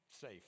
safe